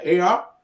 AR